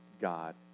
God